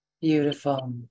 Beautiful